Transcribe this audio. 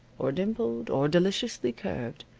or dimpled, or deliciously curved,